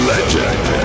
Legend